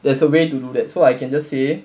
there's a way to do that so I can just say